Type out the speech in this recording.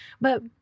But-